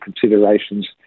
considerations